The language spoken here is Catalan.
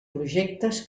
projectes